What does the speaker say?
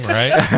right